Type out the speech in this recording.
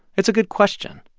it's a good question.